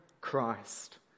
Christ